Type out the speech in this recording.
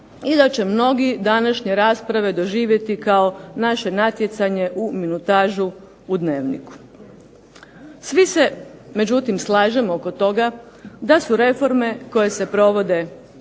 i da će mnogi današnje rasprave doživjeti kao naše natjecanje u minutažu u Dnevniku. Svi se međutim slažemo oko toga da su reforme koje se provode